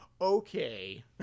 Okay